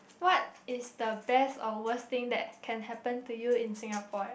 what is the best or worst thing that can happen to you in Singapore